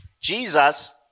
jesus